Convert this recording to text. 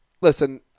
Listen